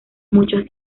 muchos